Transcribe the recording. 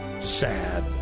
sad